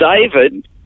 David